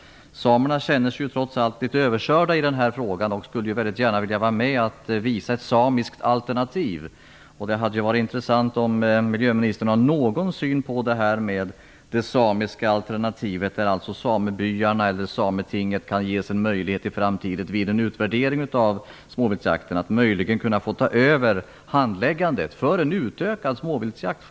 Samerna känner sig ju trots allt litet överkörda i den här frågan. De skulle väldigt gärna vilja vara med och presentera ett samiskt alternativ. Det hade varit intressant om miljöministern hade någon syn på det här med det samiska alternativet, nämligen att samebyarna eller sametinget i framtiden kan ges en möjlighet att, vid en utvärdering av småviltsjakten få ta över handläggningen av en utökad småviltsjakt.